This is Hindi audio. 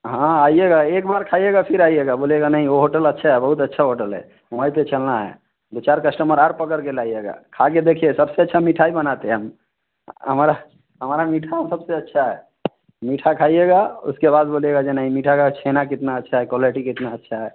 हाँ आइएगा एक बार खाइएगा फिर आइएगा बोलिएगा नहीं वो होटल अच्छा है बहुत अच्छा होटल है वहीं पे चलना है दो चार कस्टमर और पकड़ के लाइएगा खाके देखिए सबसे अच्छा मिठाई बनाते हम हमारा हमारा मीठा सबसे अच्छा है मीठा खाइएगा उसके बाद बोलिएगा कि नहीं मीठा का छेना कितना अच्छा है क्वालेटी कितना अच्छा है